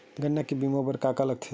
गन्ना के बीमा बर का का लगथे?